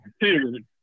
dude